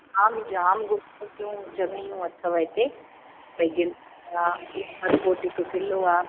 आम जाम घुमण जूं जॻाहियूं अथव हिते ॿई गिल आहे बीकानेर फोर्ट हिकु किलो आहे